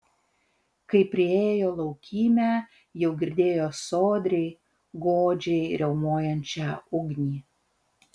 kai priėjo laukymę jau girdėjo sodriai godžiai riaumojančią ugnį